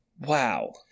Wow